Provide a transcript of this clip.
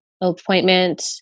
appointment